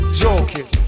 joking